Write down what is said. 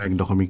like da i mean